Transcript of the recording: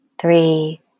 three